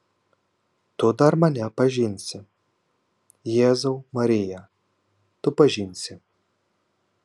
tu dar mane pažinsi jėzau marija tu pažinsi